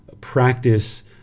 practice